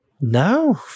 No